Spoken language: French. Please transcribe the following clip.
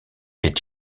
est